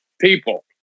people